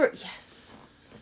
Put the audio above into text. Yes